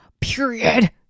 period